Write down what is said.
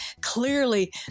clearly